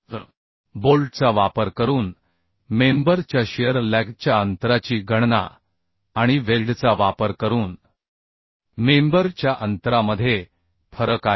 तर बोल्टचा वापर करून मेंबर च्या शिअर लॅगच्या अंतराची गणना आणि वेल्डचा वापर करून मेंबर च्या अंतरामध्ये फरक आहे